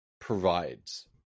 provides